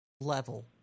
level